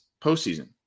postseason